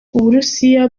uburusiya